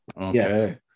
Okay